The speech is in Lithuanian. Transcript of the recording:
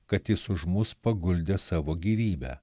kad jis už mus paguldė savo gyvybę